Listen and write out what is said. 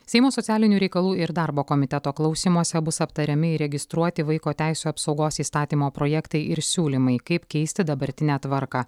seimo socialinių reikalų ir darbo komiteto klausymuose bus aptariami įregistruoti vaiko teisių apsaugos įstatymo projektai ir siūlymai kaip keisti dabartinę tvarką